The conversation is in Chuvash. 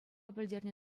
пӗлтернӗ